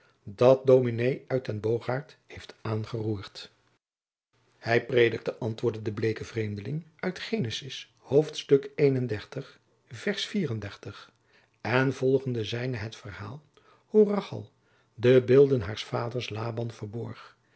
dat ds uytenbogaert heeft aangeroerd hij predikte antwoordde de bleeke vreemdeling uit en en volgende zijnde het verhaal hoe rachel de beelden haars vaders laban verborg